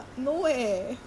mm